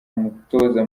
mutoza